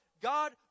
god